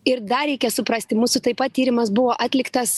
ir dar reikia suprasti mūsų taip pat tyrimas buvo atliktas